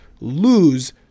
lose